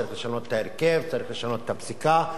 צריך לשנות את ההרכב,